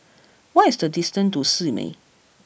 what is the distance to Simei